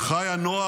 / חי הנוער,